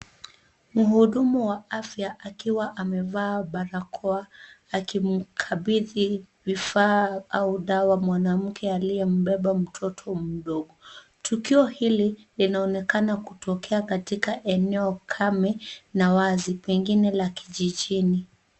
Mhudumu wa afya akiwa amevaa barakoa akimkabidhi vifaa au dawa mwanamke aliyebeba mtoto mdogo. Tukio hili linaonekana kutokea katika eneo kame na wazi pengine la kijijini.